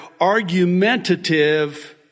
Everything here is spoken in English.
argumentative